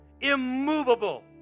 immovable